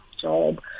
job